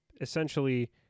essentially